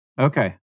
Okay